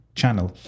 channel